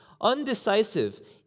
undecisive